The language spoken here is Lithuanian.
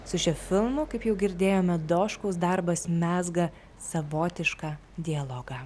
su šiuo filmu kaip jau girdėjome doškaus darbas mezga savotišką dialogą